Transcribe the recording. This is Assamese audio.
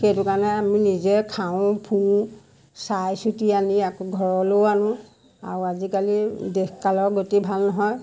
সেইটো কাৰণে আমি নিজে খাওঁ ফুৰোঁ চাই চিটি আনি আকৌ ঘৰলৈও আনো আৰু আজিকালি দেশকালৰ গতি ভাল নহয়